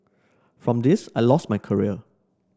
from this I lost my career